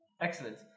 Excellent